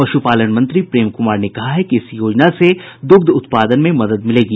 पशुपालन मंत्री प्रेम कुमार ने कहा है कि इस योजना से दुग्ध उत्पादन में मदद मिलेगी